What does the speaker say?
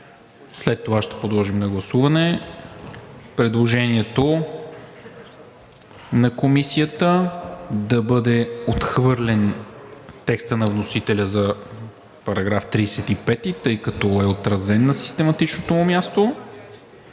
След това ще подложим на гласуване предложението на Комисията да бъде отхвърлен текстът на вносителя за § 35, тъй като е отразен на систематичното му място